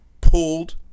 pulled